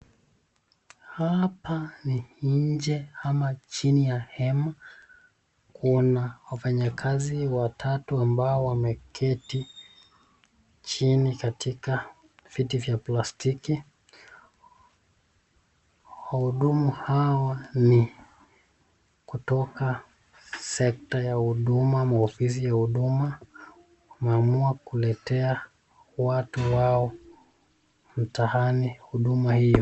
Hapa ni nje ama chini ya hema kuna wafanyakazi watatu ambao wameketi chini katika viti vya plastiki . Wahudumu hawa ni kutoka sekta ya huduma maofisi ya hudumu wameamua kuletea watu wao mtaani huduma hiyo.